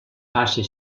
faci